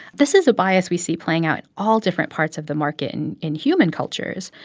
this is a bias we see playing out in all different parts of the market in in human cultures.